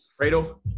Fredo